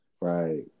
right